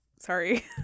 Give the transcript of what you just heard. Sorry